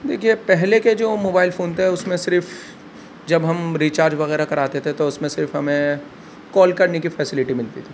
دیکھیے پہلے کے جو موبائل فون تھے اس میں صرف جب ہم ریچارج وغیرہ کراتے تھے تو اس میں صرف ہمیں کال کرنے کی فیسلٹی ملتی تھی